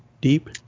deep